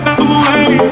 away